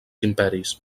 imperis